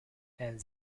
and